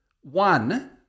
one